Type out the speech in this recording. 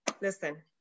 listen